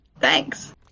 Thanks